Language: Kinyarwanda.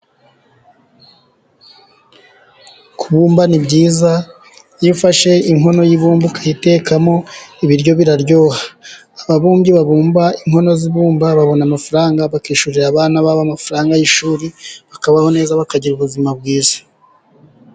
Kubumba ni byiza, iyo ufashe inkono y'ibumba ukayitekamo ibiryo biraryoha. Ababumbyi babumba inkono z'ibumba babona amafaranga bakishyurira abana amafaranga y'ishuri, bakabaho neza, bakagira ubuzima bwiza.